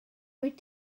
wyt